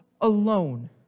alone